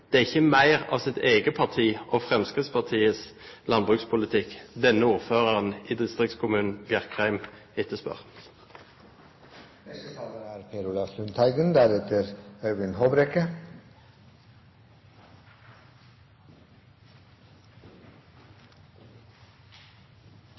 Det er ikke mer av sitt eget partis og Fremskrittspartiets landbrukspolitikk denne ordføreren i distriktskommunen Bjerkreim etterspør.